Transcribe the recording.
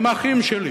הם אחים שלי,